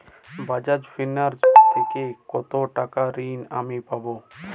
Bajaj Finserv থেকে কতো টাকা ঋণ আমি পাবো?